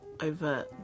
over